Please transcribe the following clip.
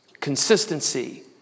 consistency